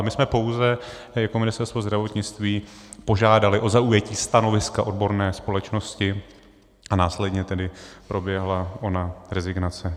My jsme pouze jako Ministerstvo zdravotnictví požádali o zaujetí stanoviska odborné společnosti a následně tedy proběhla ona rezignace.